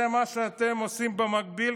זה מה שאתם עושים במקביל,